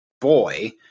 boy